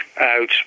out